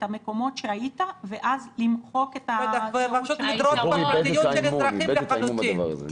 המקומות שהיית ואז למחוק את --- למחוק את הפרטיות של אזרחים לחלוטין.